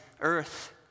earth